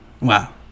Wow